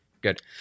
Good